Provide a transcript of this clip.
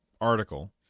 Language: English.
article